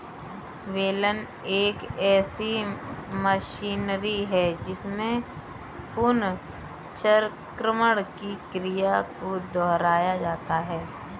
बेलन एक ऐसी मशीनरी है जिसमें पुनर्चक्रण की क्रिया को दोहराया जाता है